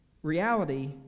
Reality